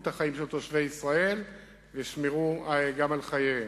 החיים של תושבי ישראל וגם ישמרו על חייהם.